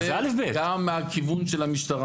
עובדים על זה גם מהכיוון של המשטרה.